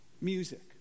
music